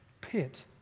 pit